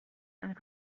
and